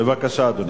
בבקשה, אדוני.